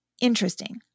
Interesting